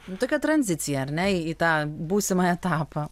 nu tokia tranzicija ar ne į tą būsimą etapą